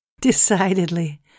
Decidedly